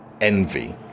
envy